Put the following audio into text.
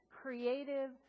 creative